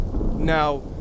Now